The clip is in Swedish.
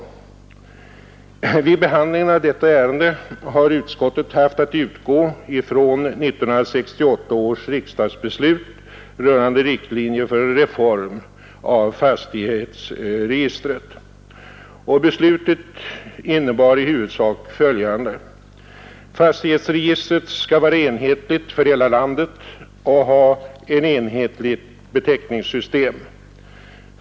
Vid behandlingen av detta ärende har utskottet haft att utgå från 1968 års riksdagsbeslut rörande riktlinjer för en reform av fastighetsregistret. Fastighetsregistret skall vara enhetligt för hela landet och ha ett enhetligt beteckningssystem.